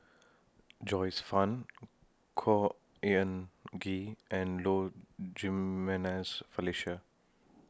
Joyce fan Khor Ean Ghee and Low Jimenez Felicia